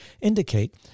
indicate